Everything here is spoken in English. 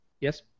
Yes